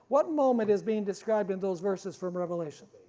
what moment is being described in those verses from revelation?